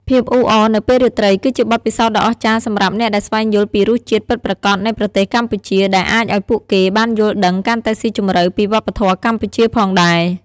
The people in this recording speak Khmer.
ភាពអ៊ូអរនៅពេលរាត្រី គឺជាបទពិសោធន៍ដ៏អស្ចារ្យសម្រាប់អ្នកដែលស្វែងយល់ពីរសជាតិពិតប្រាកដនៃប្រទេសកម្ពុជា ដែលអាចឱ្យពួកគេបានយល់ដឹងកាន់តែស៊ីជម្រៅពីវប្បធម៏កម្ពុជាផងដែរ